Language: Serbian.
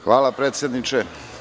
Hvala predsedniče.